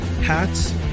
hats